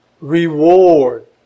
reward